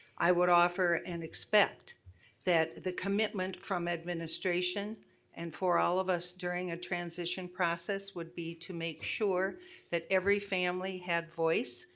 i would offer and expect that the commitment from administration and for all of us during a transition process would be to make sure that every family had a voice.